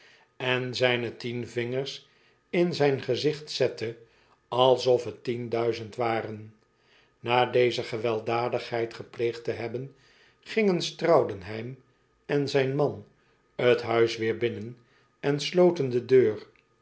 en zijne tien vingers in zijn gezicht zette alsof t tien duizend waren na deze gewelddadigheid gepleegd te hebben gingen straudenheim en zijn man t huis weer binnen en sloten de deur